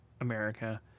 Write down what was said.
America